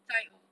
斋鸸